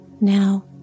Now